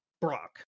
Brock